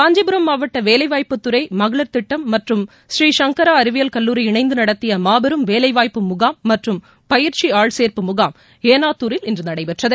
காஞ்சிபுரம் மாவட்ட வேலைவாய்ப்புத் துறை மகளிர் திட்டம் மற்றும் ஸ்ரீசங்கரா அறிவியல் கல்லூரி இணைந்து நடத்திய மாபெரும் வேலைவாய்ப்பு முகாம் மற்றும் பயிற்சி ஆள்சேர்ப்பு முகாம் ஏனாத்தூரில் இன்று நடைபெற்றது